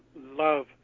love